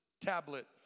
tablet